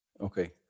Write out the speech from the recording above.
Okay